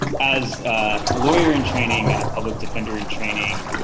as a lawyer and training and a public defender and training.